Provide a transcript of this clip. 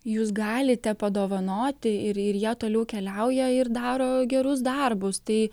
jūs galite padovanoti ir ir jie toliau keliauja ir daro gerus darbus tai